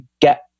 get